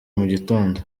mugitondo